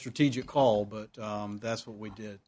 strategic call but that's what we did